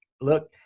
look